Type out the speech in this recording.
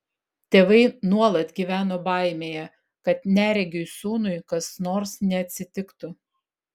tėvai nuolat gyveno baimėje kad neregiui sūnui kas nors neatsitiktų